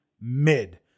mid